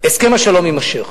שהסכם השלום יימשך.